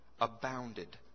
abounded